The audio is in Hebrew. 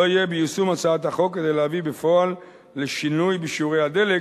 לא יהא ביישום הצעת החוק כדי להביא בפועל לשינוי בשיעורי הדלק